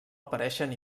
apareixen